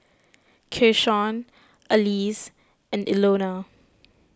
Keyshawn Alize and Ilona